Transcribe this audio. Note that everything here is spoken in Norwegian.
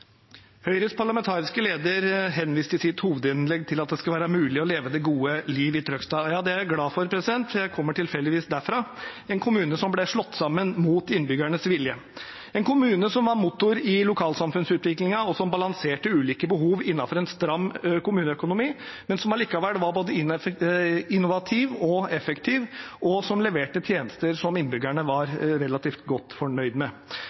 Høyres parlamentariske leder henviste i sitt hovedinnlegg til at det skal være mulig å leve det gode liv i Trøgstad. Det er jeg glad for, for jeg kommer tilfeldigvis derfra – en kommune som ble slått sammen mot innbyggernes vilje, en kommune som var motor i lokalsamfunnsutviklingen, og som balanserte ulike behov innenfor en stram kommuneøkonomi, men som allikevel var både innovativ og effektiv, og som leverte tjenester som innbyggerne var relativt godt fornøyd med.